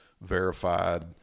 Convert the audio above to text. verified